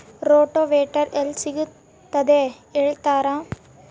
Rotavator ಎಲ್ಲಿ ಸಿಗುತ್ತದೆ ಹೇಳ್ತೇರಾ?